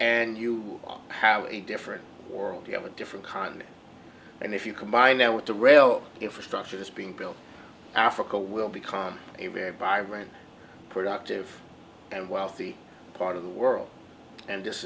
and you have a different world you have a different continent and if you combine that with the real infrastructure that's being built africa will become a very vibrant productive and wealthy part of the world and this